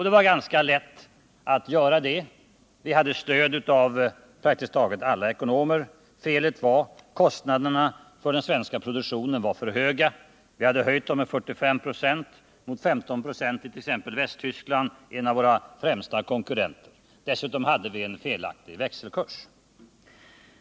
Det var ganska lätt att göra detta — vi hade stöd av praktiskt taget alla ekonomer. Felet var att kostnaderna för den svenska produktionen var för höga. De hade höjts med 45 96, mot t.ex. 15 96 i Västtyskland — en av våra främsta konkurrenter. Dessutom hade vi en felaktig växelkurs.